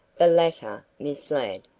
the latter, miss ladd,